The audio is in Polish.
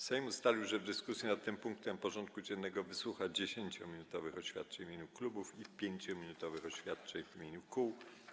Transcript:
Sejm ustalił, że w dyskusji nad tym punktem porządku dziennego wysłucha 10-minutowych oświadczeń w imieniu klubów i 5-minutowych w imieniu kół.